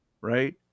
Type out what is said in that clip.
Right